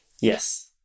Yes